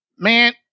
Man